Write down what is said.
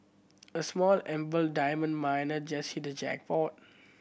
a small embattled diamond miner just hit the jackpot